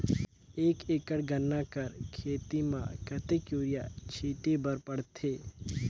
एक एकड़ गन्ना कर खेती म कतेक युरिया छिंटे बर पड़थे?